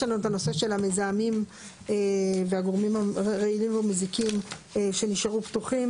יש לנו את הנושא של המזהמים והגורמים הרעילים או מזיקים שנשארו פתוחים.